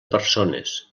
persones